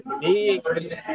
big